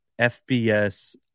FBS